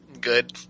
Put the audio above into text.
Good